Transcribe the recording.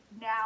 now